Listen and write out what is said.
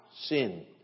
sin